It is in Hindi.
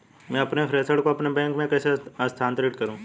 मैं अपने प्रेषण को अपने बैंक में कैसे स्थानांतरित करूँ?